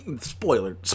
Spoiler